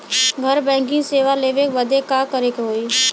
घर बैकिंग सेवा लेवे बदे का करे के होई?